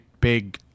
big